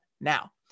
Now